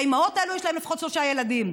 האימהות האלה, יש להן לפחות שלושה ילדים.